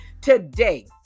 Today